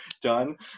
done